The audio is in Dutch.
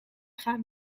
gaan